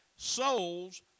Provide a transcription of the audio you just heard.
souls